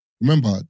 remember